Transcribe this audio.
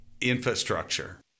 infrastructure